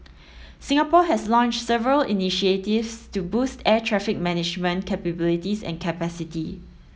Singapore has launched several initiatives to boost air traffic management capabilities and capacity